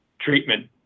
treatment